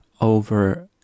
over